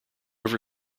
ever